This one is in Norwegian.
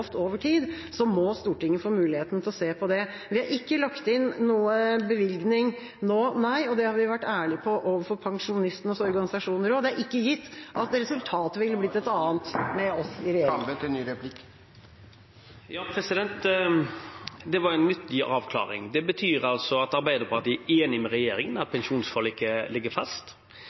må Stortinget få muligheten til å se på det. Vi har ikke lagt inn noen bevilgning nå, nei, og det har vi vært ærlige på overfor pensjonistenes organisasjoner. Det var en nyttig avklaring. Det betyr altså at Arbeiderpartiet er enig med regjeringen om at pensjonsforliket ligger fast. Arbeiderpartiet støtter det som Jens Stoltenberg i